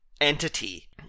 entity